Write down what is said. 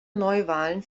neuwahlen